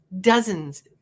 dozens